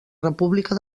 república